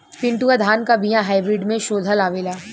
चिन्टूवा धान क बिया हाइब्रिड में शोधल आवेला?